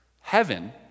Heaven